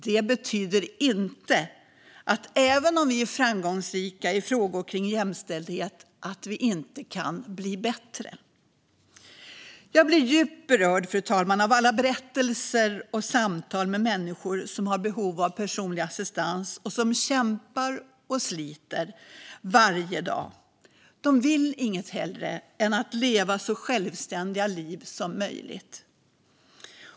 Det betyder inte att vi även om vi är framgångsrika i frågor om jämställdhet inte kan bli bättre. Fru talman! Jag blir djupt berörd av alla berättelser och samtal med människor som har behov av personlig assistans och som kämpar och sliter varje dag. De vill inget hellre än att leva så självständiga liv som möjligt.